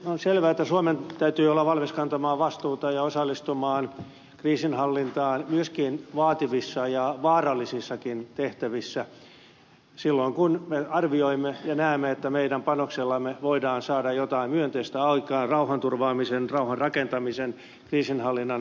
on selvää että suomen täytyy olla valmis kantamaan vastuuta ja osallistumaan kriisinhallintaan myöskin vaativissa ja vaarallisissakin tehtävissä silloin kun me arvioimme ja näemme että meidän panoksellamme voidaan saada jotain myönteistä aikaan rauhanturvaamisen rauhanrakentamisen kriisinhallinnan kautta